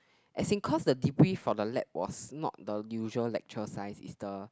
as in cause the debrief for the lab was not the usual lecture size is the